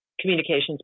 communications